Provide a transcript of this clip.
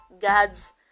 god's